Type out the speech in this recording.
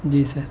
جی سر